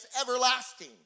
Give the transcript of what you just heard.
everlasting